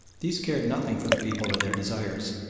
these cared nothing for the people or their desires,